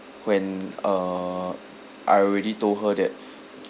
when uh I already told her that